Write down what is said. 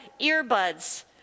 earbuds